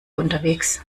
unterwegs